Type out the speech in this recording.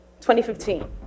2015